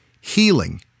healing